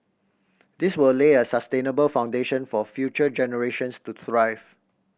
this will lay a sustainable foundation for future generations to thrive